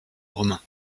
romain